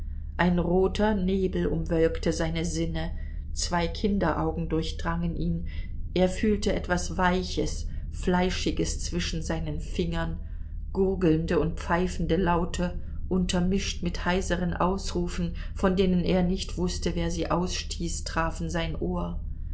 ein roter nebel umwölkte seine sinne zwei kinderaugen durchdrangen ihn er fühlte etwas weiches fleischiges zwischen seinen fingern gurgelnde und pfeifende laute untermischt mit heiseren ausrufen von denen er nicht wußte wer sie ausstieß trafen sein ohr